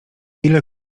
ile